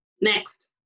next